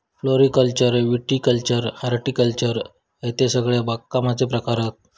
floriculture viticulture horticulture हयते सगळे बागकामाचे प्रकार हत